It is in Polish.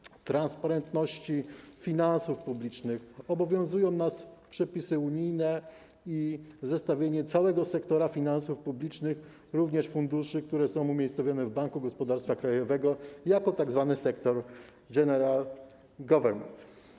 W zakresie transparentności finansów publicznych obowiązują nas przepisy unijne i zestawienie całego sektora finansów publicznych, również funduszy, które są umiejscowione w Banku Gospodarstwa Krajowego, jako tzw. sektor general government.